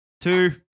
two